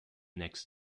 next